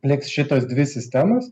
liks šitos dvi sistemos